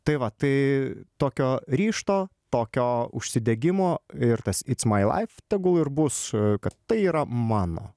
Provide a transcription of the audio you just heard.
tai va tai tokio ryžto tokio užsidegimo ir tas its mai laif tegul ir bus kad tai yra mano